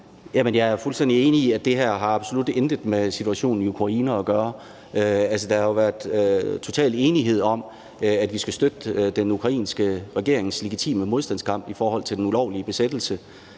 jeg er fuldstændig enig i, at det her absolut intet har med situationen i Ukraine at gøre. Altså, der har jo været total enighed om, at vi skal støtte den ukrainske regerings legitime modstandskamp mod den ulovlige besættelse